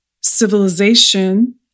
civilization